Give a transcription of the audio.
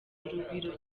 urugwiro